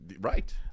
right